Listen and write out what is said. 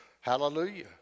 Hallelujah